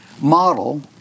model